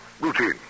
Routine